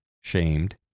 shamed